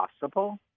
possible